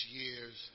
years